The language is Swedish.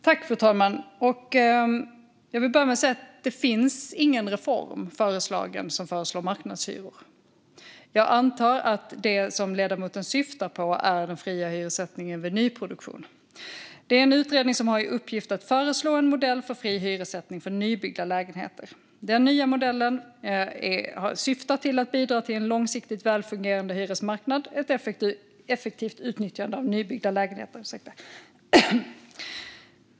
Fru talman! Jag vill börja med att säga att det inte finns någon reform där marknadshyror föreslås. Jag antar att det som ledamoten syftar på är den fria hyressättningen vid nyproduktion. Det är en utredning som har i uppgift att föreslå en modell för fri hyressättning för nybyggda lägenheter. Den nya modellen syftar till att bidra till en långsiktigt välfungerande hyresmarknad och ett effektivt utnyttjande av nybyggda lägenheter.